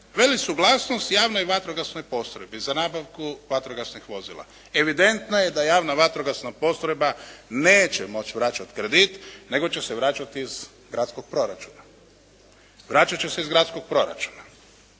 veli suglasnost javnoj i vatrogasnoj postrojbi za nabavku vatrogasnih vozila. Evidentno je da javna vatrogasna postrojba neće moći vraćati kredit, nego će se vraćati iz gradskog proračuna, vraćati će se iz gradskog proračuna.